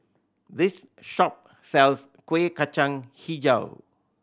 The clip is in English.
this shop sells Kueh Kacang Hijau